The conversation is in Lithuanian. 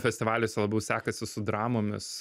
festivaliuose labiau sekasi su dramomis